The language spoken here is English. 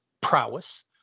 prowess